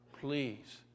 Please